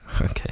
Okay